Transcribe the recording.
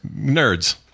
nerds